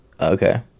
okay